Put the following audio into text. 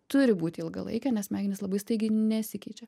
turi būti ilgalaikė nes smegenys labai staigiai nesikeičia